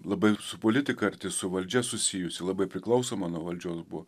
labai su politika arti su valdžia susijusi labai priklausoma nuo valdžios buvo